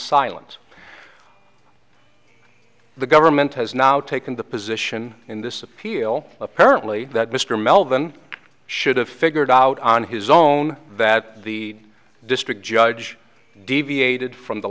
silent the government has now taken the position in this appeal apparently that mr melvin should have figured out on his own that the district judge deviated from the